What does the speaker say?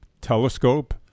telescope